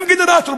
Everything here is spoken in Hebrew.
עם גנרטור.